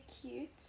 cute